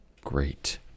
great